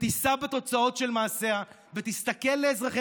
ותישא בתוצאות של מעשיה ותסתכל לאזרחי